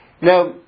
Now